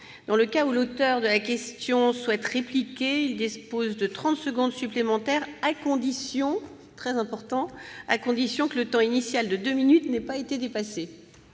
Dans le cas où l'auteur de la question souhaite répliquer, il dispose de trente secondes supplémentaires, à la condition que le temps initial de deux minutes n'ait pas été dépassé.